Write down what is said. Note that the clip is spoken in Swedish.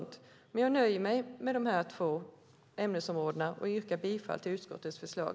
Men jag nöjer mig med dessa två ämnesområden och yrkar bifall till utskottets förslag.